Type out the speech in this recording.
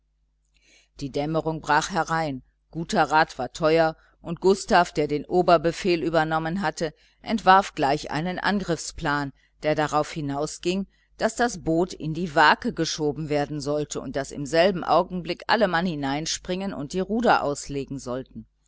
die dämmerung brach herein guter rat war teuer und gustav der den oberbefehl übernommen hatte entwarf gleich einen angriffsplan der darauf hinausging daß das boot in die wake geschoben werden sollte und daß im selben augenblick alle mann hineinspringen und die ruder auslegen sollten